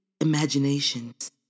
imaginations